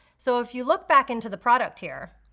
so if you look back into the product here,